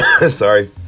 Sorry